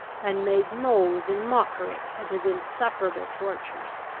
and made mows and mockery at his insufferable tortures.